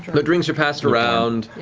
the drinks are passed around,